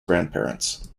grandparents